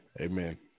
Amen